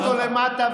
עם סמוטריץ'.